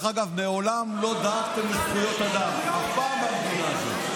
דרך אגב, מעולם לא דאגתם לזכויות אדם במדינה הזאת.